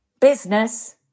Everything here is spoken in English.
business